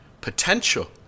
potential